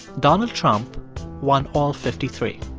donald trump won all fifty three.